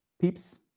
peeps